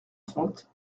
trente